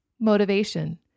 motivation